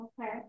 Okay